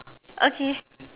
okay